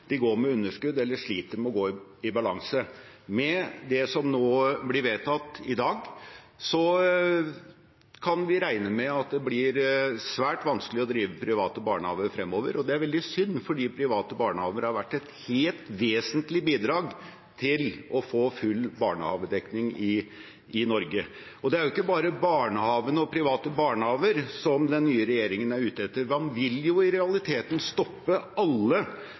går med underskudd eller sliter med å gå i balanse. Med det som blir vedtatt i dag, kan vi regne med at det blir svært vanskelig å drive private barnehager fremover, og det er veldig synd fordi private barnehager har vært et helt vesentlig bidrag til å få full barnehagedekning i Norge. Det er ikke bare barnehagene og private barnehager som den nye regjeringen er ute etter. Man vil jo i realiteten stoppe alle